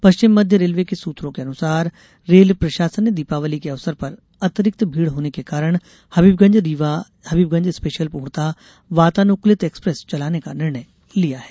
पश्चिम मध्य रेलवे के सूत्रों के अनुसार रेल प्रशासन ने दीपावली के अवसर पर अतिरिक्त भीड़ होने के कारण हबीबगंज रीवा हबीबगंज स्पेशल पूर्णतः वातानुकूलित एक्सप्रेस चलाने का निर्णय लिया गया है